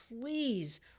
Please